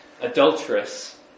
adulterous